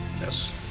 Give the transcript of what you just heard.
Yes